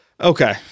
Okay